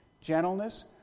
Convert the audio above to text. gentleness